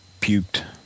puked